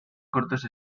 cortos